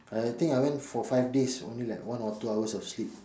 I think I went for five days only like one or two hours of sleep